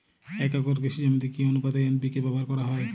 এক একর কৃষি জমিতে কি আনুপাতে এন.পি.কে ব্যবহার করা হয়?